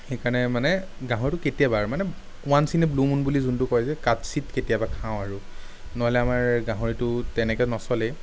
সেইকাৰণে মানে গাহৰিটো কেতিয়াবা মানে ৱান ইন এ' ব্লু মুন বুলি যোনটো কয় যে কাৎচিত কেতিয়াবা খাওঁ আৰু নহ'লে আমাৰ গাহৰিটো তেনেকে নচলেই